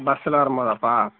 பஸ்ஸுல் வரும் போதாப்பா